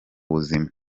buzima